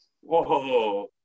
whoa